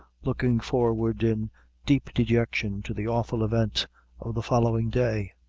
looking forward in deep dejection to the awful event of the following day.